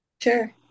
Sure